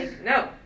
no